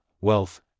wealth